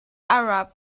arab